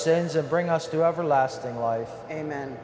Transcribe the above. sins of bring us through everlasting life and then